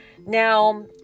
Now